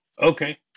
Okay